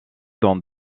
dans